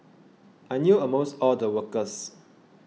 I knew almost all the workers